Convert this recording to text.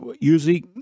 usually